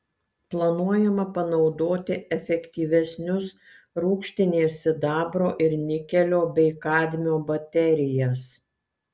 planuojama panaudoti efektyvesnius rūgštinės sidabro ir nikelio bei kadmio baterijas